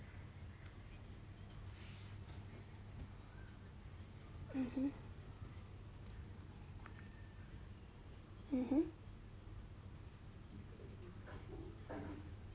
mmhmm mmhmm